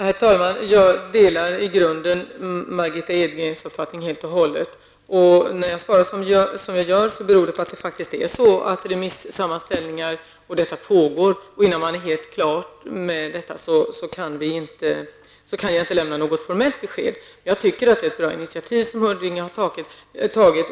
Herr talman! Jag delar i grunden Margitta Edgrens uppfattning helt och hållet. När jag svarar som jag gör, beror det på att remissammanställningen pågår, och innan den är klar kan jag inte lämna något formellt besked. Jag tycker att det är ett bra initiativ som Huddinge har tagit.